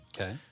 Okay